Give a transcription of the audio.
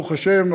ברוך השם,